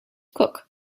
cook